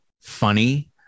funny